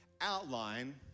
outline